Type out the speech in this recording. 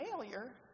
failure